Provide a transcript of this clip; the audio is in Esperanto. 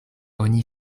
oni